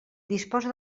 disposa